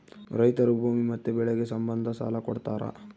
ರೈತರು ಭೂಮಿ ಮತ್ತೆ ಬೆಳೆಗೆ ಸಂಬಂಧ ಸಾಲ ಕೊಡ್ತಾರ